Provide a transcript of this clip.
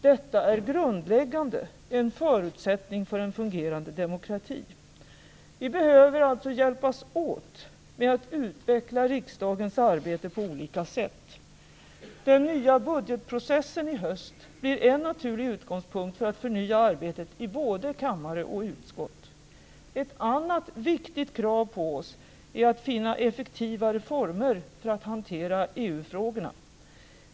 Detta är grundläggande, en förutsättning för en fungerande demokrati. Vi behöver alltså hjälpas åt med att utveckla riksdagens arbete på olika sätt. Den nya budgetprocessen i höst blir en naturlig utgångspunkt för att förnya arbetet i både kammare och utskott. Ett annat viktigt krav på oss är att finna effektivare former för att hantera EU-frågorna.